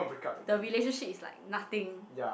the relationship is like nothing